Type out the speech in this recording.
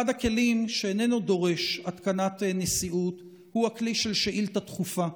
אחד הכלים שאיננו דורש התקנת נשיאות הוא הכלי של שאילתה דחופה.